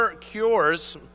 cures